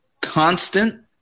constant